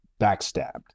backstabbed